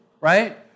right